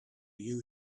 you